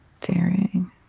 Daring